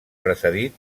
precedit